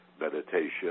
meditation